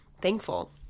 thankful